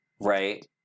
Right